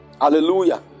Hallelujah